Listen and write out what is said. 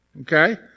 Okay